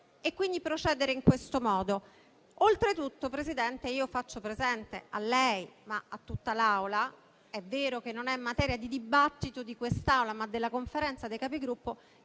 e quindi procedere in questo modo. Oltretutto, signor Presidente, faccio presente a lei, ma a tutta l'Assemblea, che è vero che non è materia di dibattito di questa Assemblea ma della Conferenza dei Capigruppo,